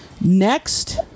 Next